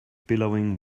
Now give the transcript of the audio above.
billowing